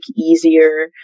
easier